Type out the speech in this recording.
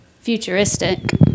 Futuristic